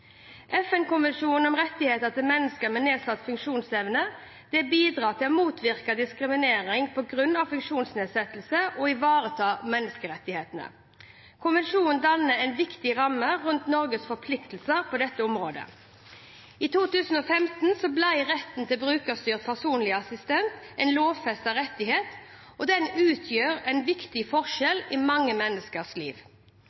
FN-konvensjonen om rettigheter til mennesker med nedsatt funksjonsevne bidrar til å motvirke diskriminering på grunn av funksjonsnedsettelser og ivareta menneskerettighetene. Konvensjonen danner en viktig ramme rundt Norges forpliktelser på dette området. I 2015 ble retten til brukerstyrt personlig assistanse en lovfestet rettighet. Det utgjør en viktig